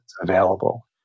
available